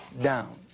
down